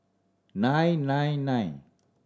nine nine nine